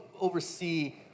oversee